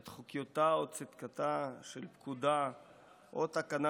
את חוקיותה או צדקתה של פקודה או תקנה